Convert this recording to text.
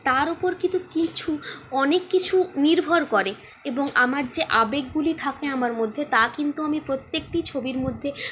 তার উপর কিন্তু কিছু অনেককিছু নির্ভর করে এবং আমার যে আবেগগুলি থাকে আমার মধ্যে তা কিন্তু আমি প্রত্যেকটি ছবির মধ্যে